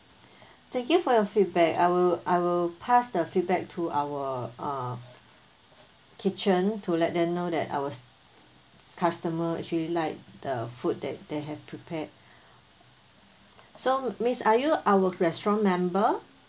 thank you for your feedback I will I will pass the feedback to our uh kitchen to let them know that our st~ st~ customer actually like the food that they have prepared so miss are you our restaurant member